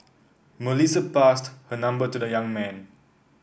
Melissa passed her number to the young man